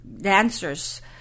dancers